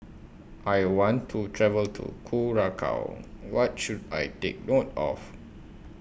I want to travel to Curacao What should I Take note of